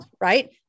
right